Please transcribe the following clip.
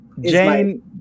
Jane